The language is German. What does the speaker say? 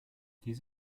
dies